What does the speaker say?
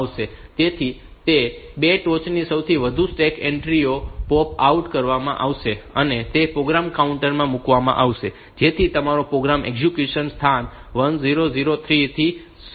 તેથી તે 2 ટોચની સૌથી વધુ સ્ટેક એન્ટ્રીઓ પોપ આઉટ કરવામાં આવશે અને તે પ્રોગ્રામ કાઉન્ટર માં મૂકવામાં આવશે જેથી તમારો પ્રોગ્રામ એક્ઝિક્યુશન સ્થાન 1003 થી ફરી શરૂ થાય